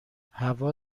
هوا